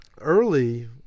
early